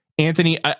Anthony